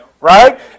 Right